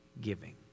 giving